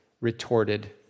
retorted